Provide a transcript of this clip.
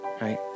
right